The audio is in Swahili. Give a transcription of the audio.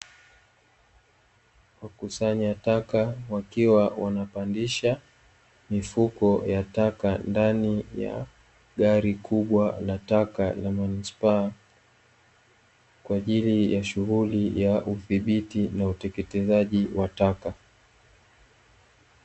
Wakusanya taka wakiwa wanapandisha mifuko ya taka ndani ya gari kubwa la taka la manispaa kwa ajili ya shughuli ya uthibiti na uteketezaji wa taka.